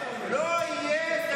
לא יהיה.